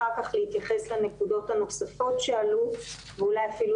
אחר כך להתייחס לנקודות הנוספות שעלו ואולי אפילו